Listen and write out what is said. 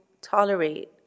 tolerate